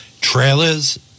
Trailers